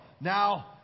now